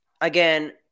again